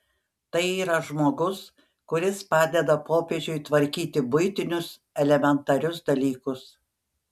tai yra žmogus kuris padeda popiežiui tvarkyti buitinius elementarius dalykus